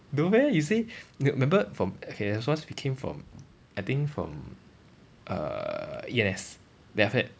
no meh you say remember from okay there's once we came from I think from uh E_N_S then after that